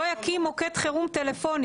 לא יקים מוקד חירום טלפוני,